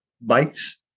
bikes